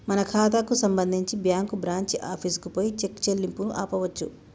మన ఖాతాకు సంబంధించి బ్యాంకు బ్రాంచి ఆఫీసుకు పోయి చెక్ చెల్లింపును ఆపవచ్చు